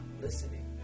listening